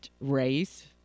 race